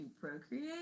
procreate